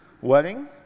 wedding